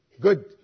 good